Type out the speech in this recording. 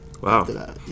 Wow